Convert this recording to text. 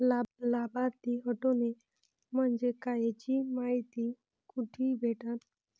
लाभार्थी हटोने म्हंजे काय याची मायती कुठी भेटन?